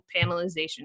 panelization